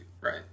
right